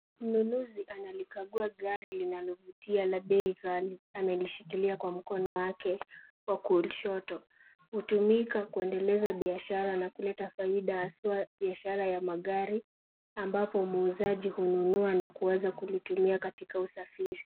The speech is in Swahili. Mnunuzi analikagua gari linalovutia la bei ghali amelishikilia kwa mkono wake wa kushoto. Hutumika kuendeleza biashara na kuleta faida haswa biashara ya magari. Ambapo muuzaji hununua na kuweza kulitumia katika usafiri.